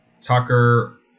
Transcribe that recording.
Tucker